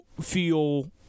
feel